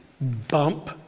bump